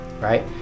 right